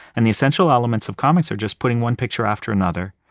and the essential elements of comics are just putting one picture after another,